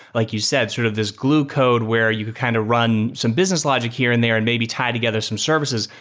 like you said, sort of this glue code where you could kind of run some business logic here and there and maybe tie together some services.